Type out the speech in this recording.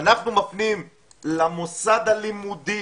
מפנים למוסד הלימודי.